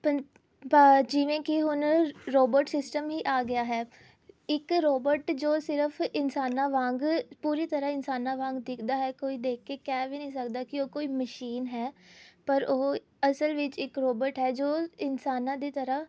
ਪੰ ਪ ਜਿਵੇਂ ਕਿ ਹੁਣ ਰੋਬਟ ਸਿਸਟਮ ਹੀ ਆ ਗਿਆ ਹੈ ਇੱਕ ਰੋਬਟ ਜੋ ਸਿਰਫ ਇਨਸਾਨਾਂ ਵਾਂਗ ਪੂਰੀ ਤਰ੍ਹਾਂ ਇਨਸਾਨਾਂ ਵਾਂਗ ਦਿਖਦਾ ਹੈ ਕੋਈ ਦੇਖ ਕੇ ਕਹਿ ਵੀ ਨਹੀਂ ਸਕਦਾ ਕਿ ਉਹ ਕੋਈ ਮਸ਼ੀਨ ਹੈ ਪਰ ਉਹ ਅਸਲ ਵਿੱਚ ਇੱਕ ਰੋਬਟ ਹੈ ਜੋ ਇਨਸਾਨਾਂ ਦੀ ਤਰ੍ਹਾਂ